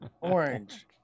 Orange